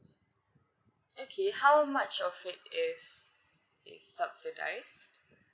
okay how much of these is subsidize